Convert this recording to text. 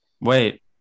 wait